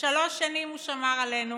שלוש שנים הוא שמר עלינו